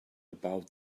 about